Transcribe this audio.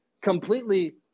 completely